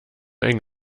eng